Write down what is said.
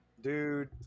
Dude